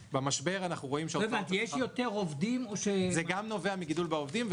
יש יותר עובדים או ש --- זה גם נובע מגידול בעובדים,